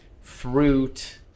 fruit